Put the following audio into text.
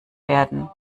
werden